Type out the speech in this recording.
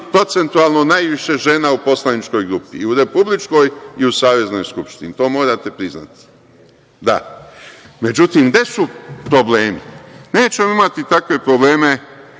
procentualno najviše žena u poslaničkoj grupi i u Republičkoj i u Saveznoj skupštini. To morate priznati. Da.Međutim, gde su problemi? Nećemo imati takve probleme